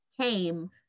came